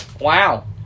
Wow